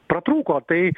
pratrūko tai